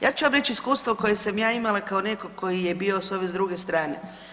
Ja ću vam reći iskustvo koje sam ja imala kao netko tko je bio sa ove druge strane.